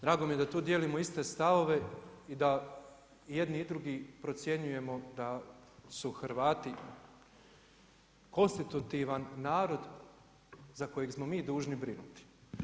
Drago mi je da tu dijelimo iste stavove i da jedni i drugi procjenjujemo da su Hrvati konstitutivan narod za kojeg smo mi dužni brinuti.